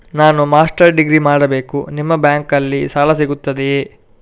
ನಾನು master degree ಮಾಡಬೇಕು, ನಿಮ್ಮ ಬ್ಯಾಂಕಲ್ಲಿ ಸಾಲ ಸಿಗುತ್ತದೆಯೇ?